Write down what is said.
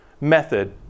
method